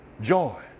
joy